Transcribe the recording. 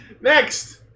Next